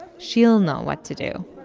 she'll know what to do.